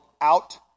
out